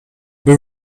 but